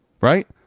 Right